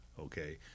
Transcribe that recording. Okay